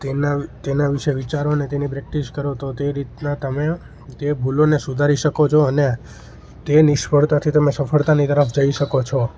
તેના વિ તેના વિશે વિચારો અને તેની પ્રૅક્ટિસ કરો તો તે રીતના તમે તે ભૂલોને સુધારી શકો છો અને તે નિષ્ફળતાથી તમે સફળતાની તરફ જઈ શકો છો